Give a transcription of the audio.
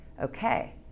okay